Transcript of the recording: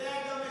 יודע גם יודע.